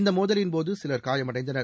இந்த மோதலின்போது சிலர் காயமடைந்தனர்